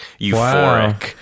euphoric